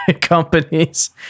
companies